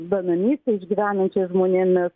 benamystę išgyvenančiais žmonėmis